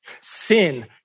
Sin